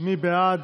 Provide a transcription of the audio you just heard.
מי בעד?